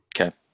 okay